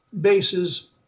bases